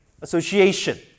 association